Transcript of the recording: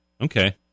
Okay